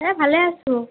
এ ভালে আছোঁ